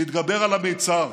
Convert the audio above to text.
להתגבר על המצר,